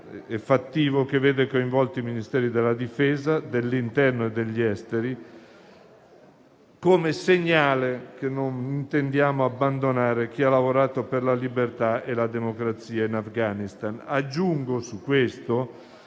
e fattivo, che vede coinvolti i Ministeri della difesa, dell'interno e degli affari esteri, come segnale che non intendiamo abbandonare chi ha lavorato per la libertà e la democrazia in Afghanistan.